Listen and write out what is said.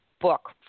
book